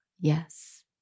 yes